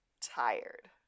tired